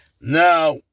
now